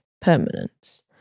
permanence